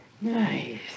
nice